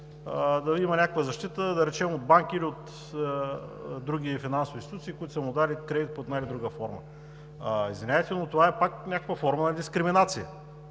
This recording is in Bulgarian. да има някаква защита, да речем, от банки или от други финансови институции, които са му дали кредит под една или друга форма? Извинявайте, но това е пак някаква форма на дискриминация!